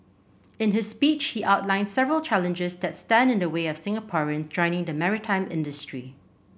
in his speech he outlined several challenges that stand in the way of Singaporean joining the maritime industry